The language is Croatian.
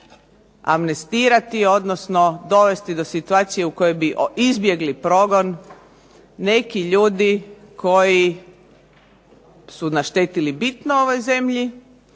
amnestirati odnosno dovesti do situacije u kojoj bi izbjegli progon neki ljudi koji su naštetili bitno ovoj zemlji